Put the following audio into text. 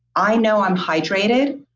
i know i'm hydrated.